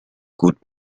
could